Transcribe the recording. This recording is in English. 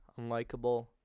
unlikable